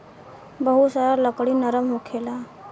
बहुत सारा लकड़ी नरम होखेला